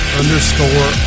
underscore